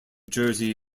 jersey